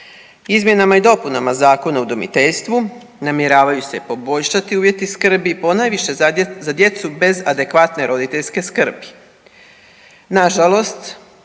Izmjenama i dopunama Zakona o udomiteljstvu namjeravaju se poboljšati uvjeti skrbi ponajviše za djecu bez adekvatne roditeljske skrbi. Nažalost,